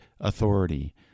authority